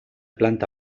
planta